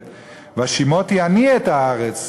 ויראה, "והשִמֹתי אני את הארץ",